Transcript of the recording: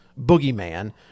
Boogeyman